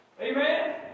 Amen